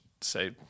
say